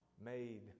made